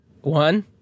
One